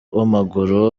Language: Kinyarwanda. w’amaguru